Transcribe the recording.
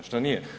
Što nije?